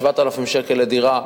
7,000 שקל לדירה,